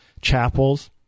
chapels